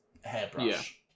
hairbrush